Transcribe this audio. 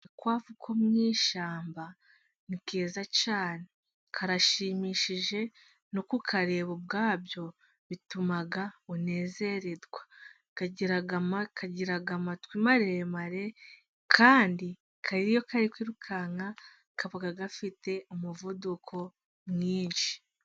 Agakwavu ko mu ishyamba ni keza cyane karashimishije no kukareba ubwabyo, bituma unezererwa kagira kagira amatwi maremare, kandi iyo kari kwirukanka kaba gafite umuvuduko mwinshi.